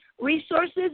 resources